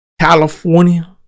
California